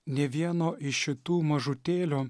nė vieno iš šitų mažutėlių